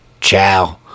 ciao